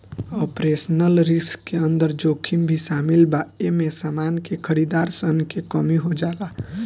operational risk के अंदर जोखिम भी शामिल बा एमे समान के खरीदार सन के कमी हो जाला